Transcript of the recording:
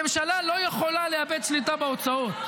ממשלה לא יכולה לאבד שליטה בהוצאות.